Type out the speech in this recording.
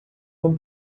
uma